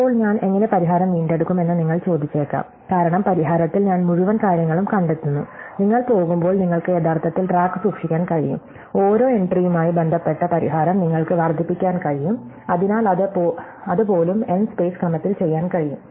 ഇപ്പോൾ ഞാൻ എങ്ങനെ പരിഹാരം വീണ്ടെടുക്കും എന്ന് നിങ്ങൾ ചോദിച്ചേക്കാം കാരണം പരിഹാരത്തിൽ ഞാൻ മുഴുവൻ കാര്യങ്ങളും കണ്ടെത്തുന്നു നിങ്ങൾ പോകുമ്പോൾ നിങ്ങൾക്ക് യഥാർത്ഥത്തിൽ ട്രാക്ക് സൂക്ഷിക്കാൻ കഴിയും ഓരോ എൻട്രിയുമായി ബന്ധപ്പെട്ട പരിഹാരം നിങ്ങൾക്ക് വർദ്ധിപ്പിക്കാൻ കഴിയും അതിനാൽ അത് പോലും n സ്പേസ് ക്രമത്തിൽ ചെയ്യാൻ കഴിയും